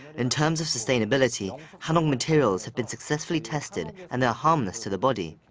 in terms of sustainability, hanok materials have been successfully tested and they're harmless to the body.